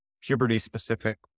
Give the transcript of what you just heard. puberty-specific